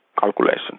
calculations